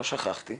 לא שכחתי.